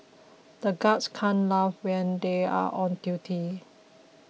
the guards can't laugh when they are on duty